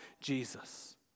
Jesus